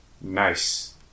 Nice